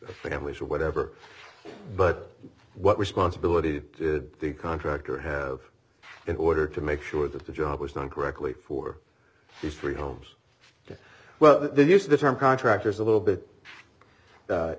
families or whatever but what were sponsibility the contractor have in order to make sure that the job was done correctly for these three homes well they used the term contractors a little bit